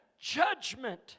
judgment